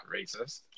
racist